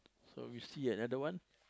so we see another one